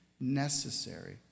necessary